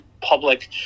public